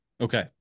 Okay